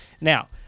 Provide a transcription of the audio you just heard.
Now